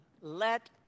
Let